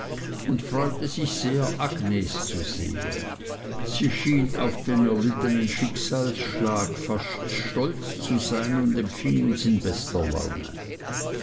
und freute sich sehr agnes zu sehen sie schien auf den erlittenen schicksalsschlag fast stolz zu sein und empfing uns in bester laune